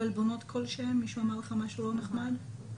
מייד.